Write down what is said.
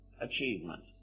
achievement